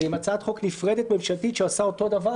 זה עם הצעת חוק ממשלתית נפרדת שעושה אותו דבר,